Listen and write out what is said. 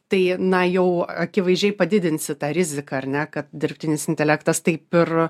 tai na jau akivaizdžiai padidinsi tą riziką ar ne kad dirbtinis intelektas taip ir